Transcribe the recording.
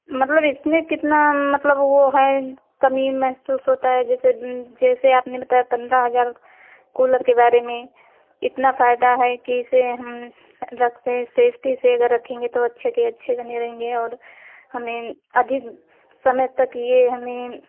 मतलब इसमें कितना मतलब वह है कमी महसूस होता है जैसे जैसे आपने बताया पंद्रह हज़ार कूलर के बारे में इतना फायदा है कि इसे हम रखते है सेफ्टी से अगर रखेंगे तो अच्छे के अच्छे बने रहेंगे और हमें अधिक समय तक यह हमें